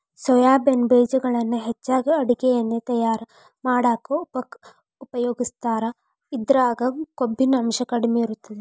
soybean ಬೇಜಗಳನ್ನ ಹೆಚ್ಚಾಗಿ ಅಡುಗಿ ಎಣ್ಣಿ ತಯಾರ್ ಮಾಡಾಕ ಉಪಯೋಗಸ್ತಾರ, ಇದ್ರಾಗ ಕೊಬ್ಬಿನಾಂಶ ಕಡಿಮೆ ಇರತೇತಿ